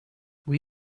will